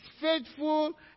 faithful